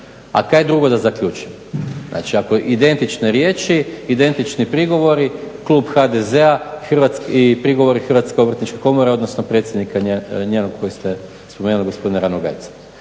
A kaj drugo da zaključim? Znači, ako identične riječi, identični prigovori Klub HDZ-a i prigovori Hrvatske obrtničke komore, odnosno predsjednika njenog kojeg ste spomenuli gospodina Ranogajeca.